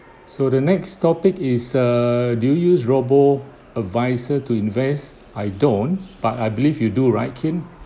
so the next topic is err do you use Robo Advisor to invest I don't but I believe you do right kin